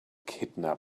kidnap